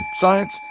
science